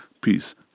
Peace